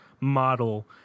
model